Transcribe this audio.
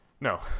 No